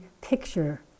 picture